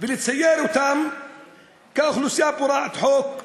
ולצייר אותם כאוכלוסייה פורעת חוק,